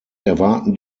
erwarten